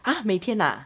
!huh! 每天 ah